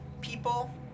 people